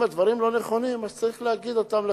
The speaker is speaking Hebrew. אם הדברים לא נכונים, אז צריך להגיד אותם לציבור,